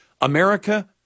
America